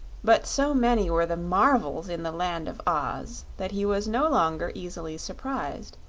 but so many were the marvels in the land of oz that he was no longer easily surprised,